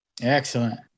Excellent